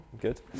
good